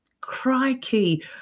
Crikey